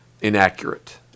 inaccurate